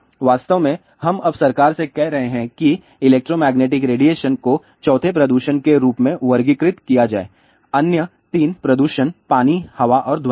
वास्तव में हम अब सरकार से कह रहे हैं कि इलेक्ट्रोमैग्नेटिक रेडिएशन को चौथे प्रदूषण के रूप में वर्गीकृत किया जाए अन्य तीन प्रदूषण पानी हवा और ध्वनि हैं